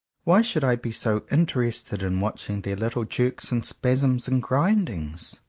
why should i be so interested in watching their little jerks and spasms and grindings?